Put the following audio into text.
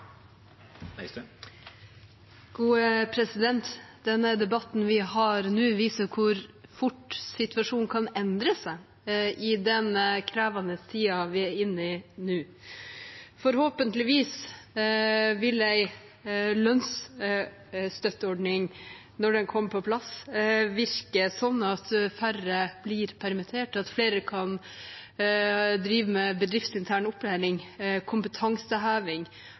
debatten vi har nå, viser hvor fort situasjonen kan endre seg i den krevende tiden vi er inne i nå. Forhåpentligvis vil en lønnsstøtteordning, når den kommer på plass, virke sånn at færre blir permittert, og at flere kan drive med bedriftsintern opplæring, kompetanseheving